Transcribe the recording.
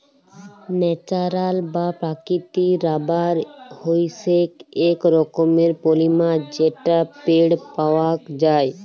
natural বা প্রাকৃতিক rubber হইসেক এক রকমের পলিমার যেটা পেড় পাওয়াক যায়